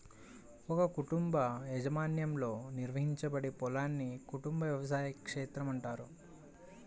ఒక కుటుంబ యాజమాన్యంలో నిర్వహించబడే పొలాన్ని కుటుంబ వ్యవసాయ క్షేత్రం అంటారు